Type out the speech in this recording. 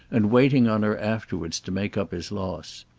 and waiting on her afterwards to make up his loss.